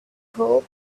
hope